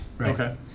Okay